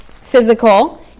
physical